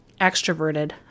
extroverted